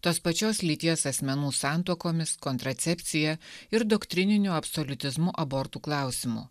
tos pačios lyties asmenų santuokomis kontracepcija ir doktrininiu absoliutizmu abortų klausimu